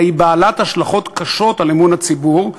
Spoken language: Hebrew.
אלא היא בעלת השלכות קשות על אמון הציבור,